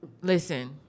listen